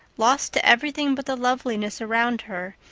lost to everything but the loveliness around her,